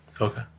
okay